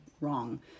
wrong